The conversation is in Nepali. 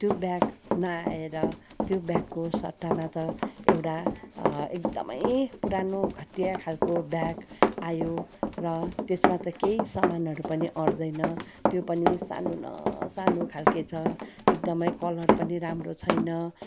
त्यो ब्याग नआएर त्यो ब्यागको सट्टामा त एउटा एकदमै पुरानो घटिया खालको ब्याग आयो र त्यसमा त केही सामानहरू पनि आँट्दैन त्यो पनि सानो न सानो खालको छ एकदमै कलर पनि राम्रो छैन